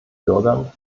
bürgern